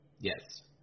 Yes